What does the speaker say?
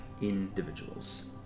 individuals